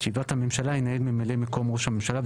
את ישיבת הממשלה ינהל ממלא מקום ראש הממשלה,